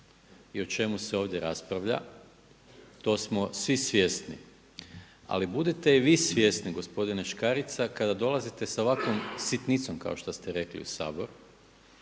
i o čemu se ovdje raspravlja, to smo svi svjesni. Ali budite i vi svjesni gospodine Škarica kada dolazite sa ovakvom sitnicom kao što ste rekli u Sabor,